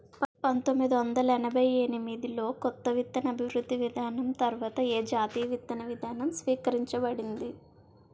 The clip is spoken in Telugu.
పంతోమ్మిది వందల ఎనభై ఎనిమిది లో కొత్త విత్తన అభివృద్ధి విధానం తర్వాత ఏ జాతీయ విత్తన విధానం స్వీకరించబడింది?